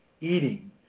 eating